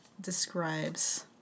describes